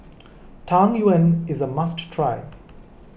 Tang Yuen is a must try